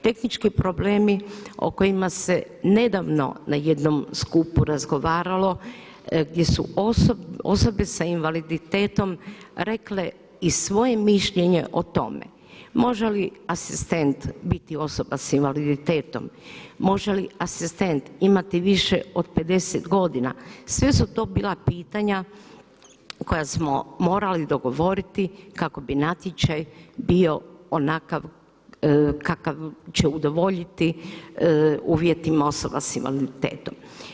Tehnički problemi o kojima se nedavno na jednom skupu razgovaralo gdje su osobe s invaliditetom rekle i svoje mišljenje o tome, može li asistent biti osoba s invaliditetom, može li asistent imati više od 50 godina, sve su to bila pitanja koja smo morali dogovoriti kako bi natječaj bio onakav kakav će udovoljiti osobama s invaliditetom.